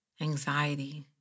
anxiety